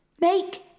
make